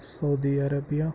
Saudi Arabia